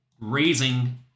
raising